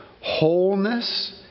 wholeness